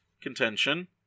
contention